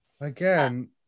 Again